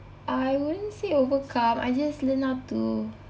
I wouldn't say overcome I just learn how to